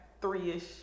three-ish